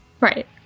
right